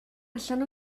allan